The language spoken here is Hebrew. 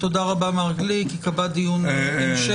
ייקבע דיון המשך.